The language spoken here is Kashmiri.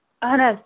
اَہن حظ